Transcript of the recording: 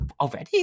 already